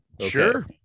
sure